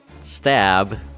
stab